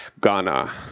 Ghana